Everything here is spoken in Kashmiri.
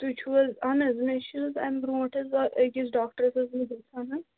تُہۍ چھُو حظ اَہن حظ مےٚ حظ چھِ حظ اَمہِ برٛونٛٹھ حظ أکِس ڈاکٹرَس ٲسمٕژ حظ